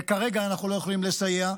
וכרגע אנחנו לא יכולים לסייע.